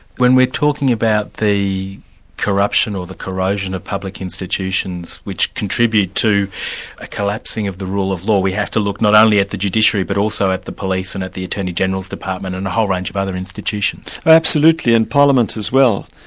when we're talking about the corruption or the corrosion of public institutions which contribute to a collapsing of the rule of law, we have to look not only at the judiciary but also at the police and at the attorney-general's department and a whole range of other institutions. absolutely, and parliament as well.